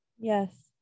Yes